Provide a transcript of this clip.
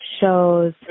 shows